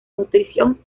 nutrición